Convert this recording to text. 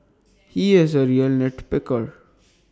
he is A real nit picker